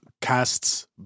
casts